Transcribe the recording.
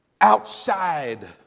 outside